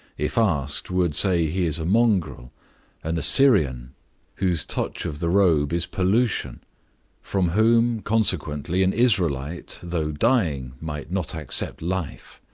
if asked, would say he is a mongrel an assyrian whose touch of the robe is pollution from whom, consequently, an israelite, though dying, might not accept life.